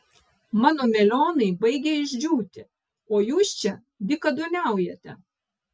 mano melionai baigia išdžiūti o jūs čia dykaduoniaujate